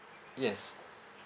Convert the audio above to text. yes